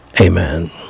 Amen